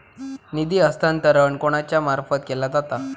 निधी हस्तांतरण कोणाच्या मार्फत केला जाता?